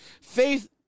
Faith